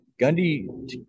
Gundy